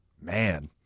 Man